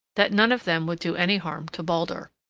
that none of them would do any harm to baldur.